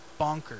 bonkers